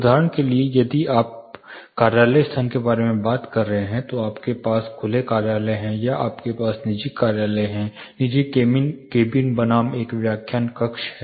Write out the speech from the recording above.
उदाहरण के लिए यदि आप कार्यालय स्थान के बारे में बात कर रहे हैं तो आपके पास खुले कार्यालय हैं या आपके पास निजी कार्यालय निजी केबिन बनाम एक व्याख्यान कक्ष हैं